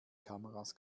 kameras